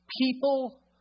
people